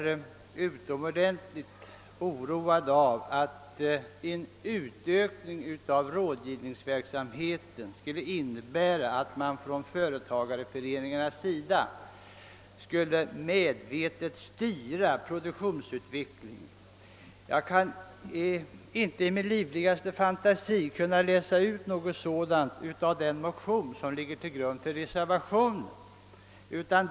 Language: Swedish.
Hon är utomordentligt oroad av att en utökning av rådgivningsverksamheten skulle innebära, att man från företagareföreningarnas sida skulle medvetet styra produktionsutvecklingen. Jag kan inte i min livligaste fantasi läsa ut något sådant av den motion som ligger till grund för reservationen.